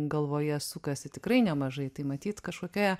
galvoje sukasi tikrai nemažai tai matyt kažkokioje